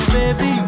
Baby